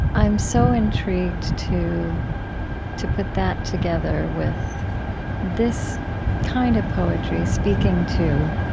i'm so intrigued to to put that together with this kind of poetry speaking to